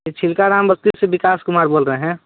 छिलकाराम बस्ती से विकाश कुमार बोल रहे हैं